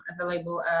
available